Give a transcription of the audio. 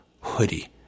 hoodie